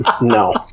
no